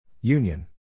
Union